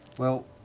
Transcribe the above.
well.